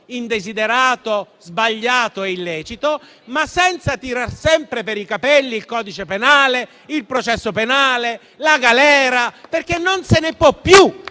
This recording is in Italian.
indesiderato, sbagliato e illecito, ma senza tirar sempre per i capelli il codice penale, il processo penale e anche la galera, perché non se ne può più.